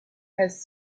has